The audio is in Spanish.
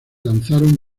lanzaron